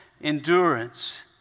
endurance